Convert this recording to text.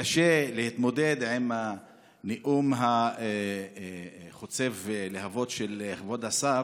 קשה להתמודד עם הנאום חוצב הלהבות של כבוד השר,